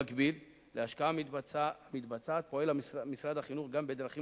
במקביל להשקעה המתבצעת פועל משרד החינוך בדרכים